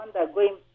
undergoing